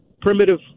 primitive